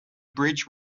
bridge